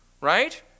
Right